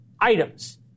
items